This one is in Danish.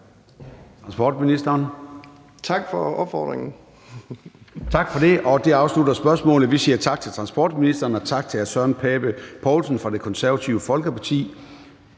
Formanden (Søren Gade): Tak for det. Det afslutter spørgsmålet, så vi siger tak til transportministeren og tak til hr. Søren Pape Poulsen fra Det Konservative Folkeparti